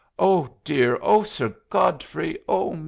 oh, dear oh, sir godfrey! oh,